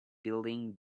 building